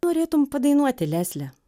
norėtum padainuoti lesle